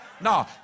No